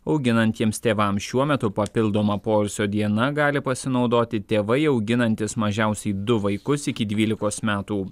auginantiems tėvams šiuo metu papildoma poilsio diena gali pasinaudoti tėvai auginantys mažiausiai du vaikus iki dvylikos metų